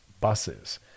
buses